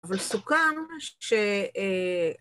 אבל סוכם ש...